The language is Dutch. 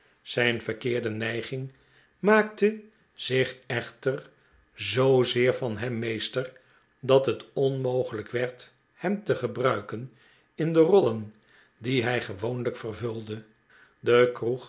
zijn verkeerde neiging maakte zich echter zoozeer van hem meester dat het onmogelijk werd hem te gebruiken in de rollen die hij gewoonlijk vervulde de